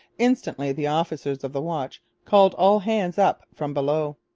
instantly the officers of the watch called all hands up from below.